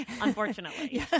Unfortunately